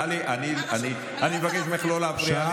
טלי, אני מבקש ממך לא להפריע לי.